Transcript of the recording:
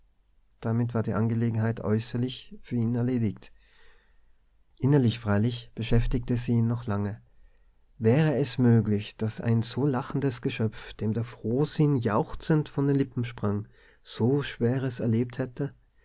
damit war die angelegenheit äußerlich für ihn erledigt innerlich freilich beschäftigte sie ihn noch lange wäre es möglich daß ein so lachendes geschöpf dem der frohsinn jauchzend von den lippen sprang so schweres erlebt hätte